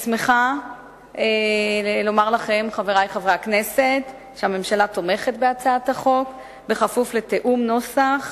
אני שמחה לומר לכם שהממשלה תומכת בהצעת החוק בכפוף לתיאום נוסח